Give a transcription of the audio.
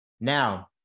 Now